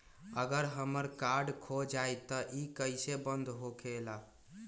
अगर हमर कार्ड खो जाई त इ कईसे बंद होकेला?